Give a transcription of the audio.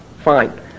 Fine